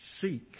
seek